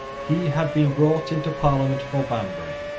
he had been brought into parliament for banbury,